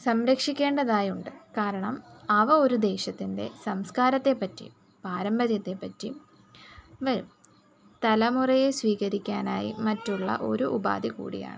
സംരക്ഷിക്കേണ്ടതായുണ്ട് കാരണം അവ ഒരു ദേശത്തിൻ്റെ സംസ്കാരത്തെപ്പറ്റിയും പാരമ്പര്യത്തെപ്പറ്റിയും വരും തലമുറയെ സ്വീകരിക്കാനായി മറ്റുള്ള ഒരു ഉപാധി കൂടിയാണ്